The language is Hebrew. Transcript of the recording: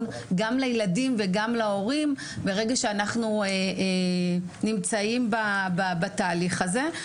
גם לילדים וגם להורים ברגע שאנחנו נמצאים בתהליך הזה.